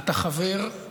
אתה חבר,